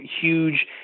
huge